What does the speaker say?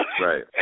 right